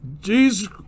Jesus